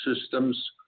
systems